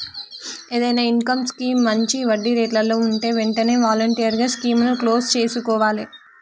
ఏదైనా income scheme మంచి వడ్డీరేట్లలో వుంటే వెంటనే వాలంటరీగా స్కీముని క్లోజ్ చేసుకోవాలే